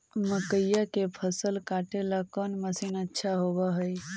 मकइया के फसल काटेला कौन मशीन अच्छा होव हई?